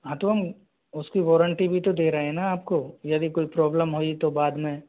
हाँ तो हम उसकी वारंटी भी तो दे रहे है ना आपको यदि कोई प्रॉब्लम हुई तो बाद में